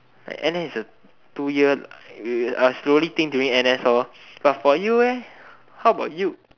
n_s is a two year I slowly think during n_s lor but you how about you